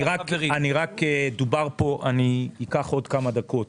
אני אקח עוד כמה דקות,